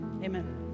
Amen